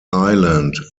island